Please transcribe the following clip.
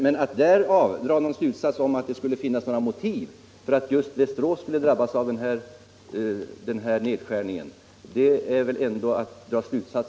Men att därav dra någon slutsats om att det skulle finnas motiv för att just Västerås skulle drabbas av nedskärningen är väl ändå inte möjligt.